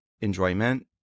enjoyment